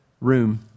room